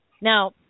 Now